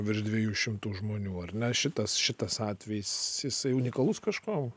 virš dviejų šimtų žmonių ar ne šitas šitas atvejis jisai unikalus kažkuom